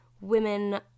Women